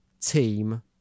team